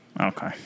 Okay